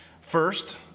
First